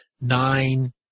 nine